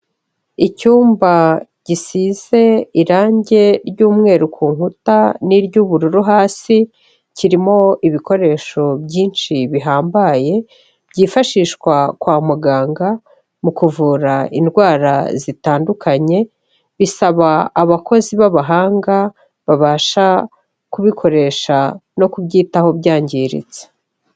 Icyumba gisize irangi ry'umweru ku nkuta n'iry'ubururu hasi, kirimo ibikoresho byinshi bihambaye byifashishwa kwa muganga mu kuvura indwara zitandukanye, bisaba abakozi b'abahanga babasha kubikoresha no kubyitaho byangiritse.